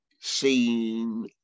seen